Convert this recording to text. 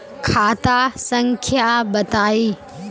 खाता संख्या बताई?